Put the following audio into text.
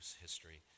history